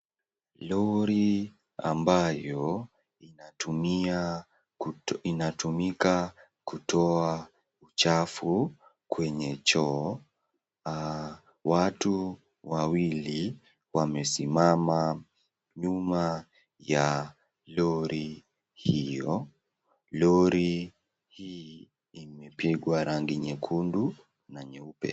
Lori ambayo linatumika kutoa uchafu kwenye choo. Watu wawili wamesimama nyuma ya lori hio. Lori hii imepigwa rangi nyekundu na nyeupe.